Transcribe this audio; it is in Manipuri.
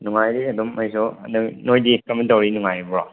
ꯅꯨꯡꯉꯥꯏꯔꯤ ꯑꯗꯨꯝ ꯑꯩꯁꯨ ꯑꯗꯨ ꯅꯣꯏꯗꯤ ꯀꯃꯥꯏ ꯇꯧꯔꯤ ꯅꯨꯡꯉꯥꯏꯔꯤꯕ꯭ꯔꯣ